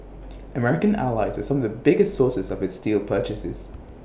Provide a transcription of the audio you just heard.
American allies are some of the biggest sources of its steel purchases